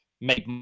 make